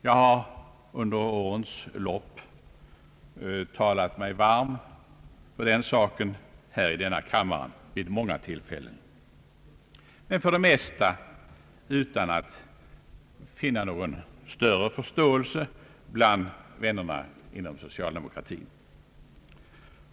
Jag har under årens lopp talat mig varm för den saken här i kammaren vid många tillfällen, men för det mesta utan att finna någon större förståelse bland vännerna i socialdemokratin.